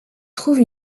trouve